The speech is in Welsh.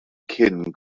cyn